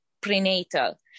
prenatal